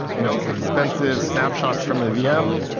you know, expensive snapshots from the vm,